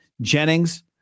Jennings